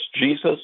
Jesus